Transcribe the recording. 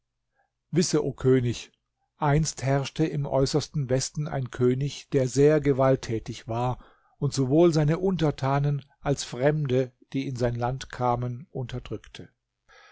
wisse o könig einst herrschte im äußersten westen ein könig der sehr gewalttätig war und sowohl seine untertanen als fremde die in sein land kamen unterdrückte